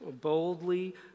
boldly